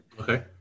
Okay